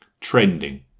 Trending